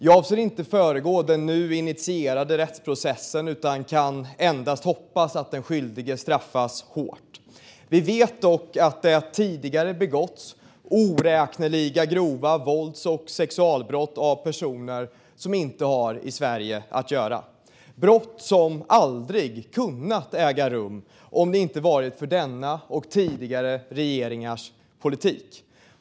Jag avser inte att föregå den nu initierade rättsprocessen utan kan endast hoppas att den skyldige straffas hårt. Vi vet dock att det tidigare har begåtts oräkneliga grova vålds och sexualbrott av personer som inte har i Sverige att göra. Det är brott som aldrig hade kunnat äga rum om det inte hade varit för denna och tidigare regeringars politik.